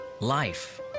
Life